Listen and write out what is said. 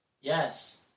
Yes